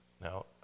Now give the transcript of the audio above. Now